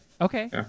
okay